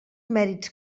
mèrits